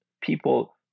people